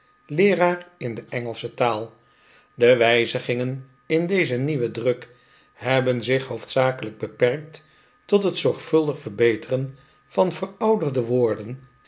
leeraar in de engelsche taal de wijzigingeh in dezen nieuwen druk hebben zich hoofdzakelijk beperkt tot net zorgvuldig verbeteren van verouderde woorden